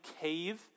cave